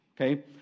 okay